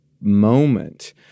moment